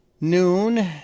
noon